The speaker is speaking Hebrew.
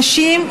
נשים,